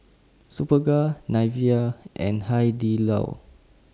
Superga Nivea and Hai Di Lao